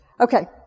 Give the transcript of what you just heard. Okay